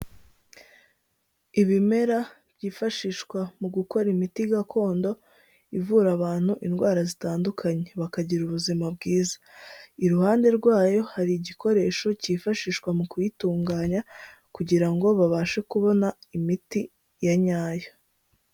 Ibimera byifashishwa mu gukora imiti gakondo, ivura abantu indwara zitandukanye bakagira ubuzima bwiza, iruhande rwayo hari igikoresho cyifashishwa mu kuyitunganya, kugira ngo babashe kubona imiti ya nyayo.